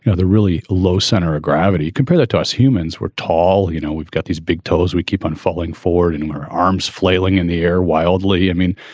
ah they're really low center of gravity. compare that to us. humans were tall. you know, we've got these big toes. we keep on falling forward and um our arms flailing in the air wildly. i mean,